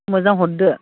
मोजां हरदो